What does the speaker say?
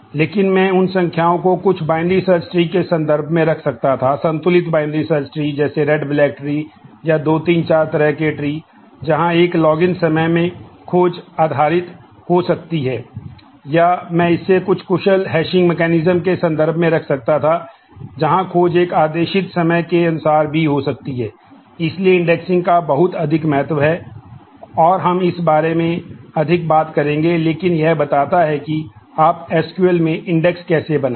लेकिन मैं उन संख्याओं को कुछ बाइनरी सर्च ट्री कैसे बनाएं